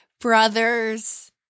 brothers